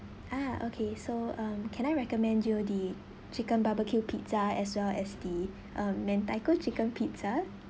ah okay so um can I recommend you the chicken barbecue pizza as well as the um mentaiko chicken pizza